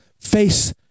face